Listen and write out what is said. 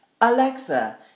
Alexa